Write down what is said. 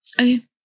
Okay